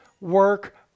work